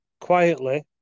quietly